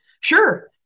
sure